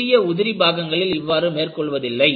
ஆனால் சிறிய உதிரி பாகங்களில் இவ்வாறு மேற்கொள்வதில்லை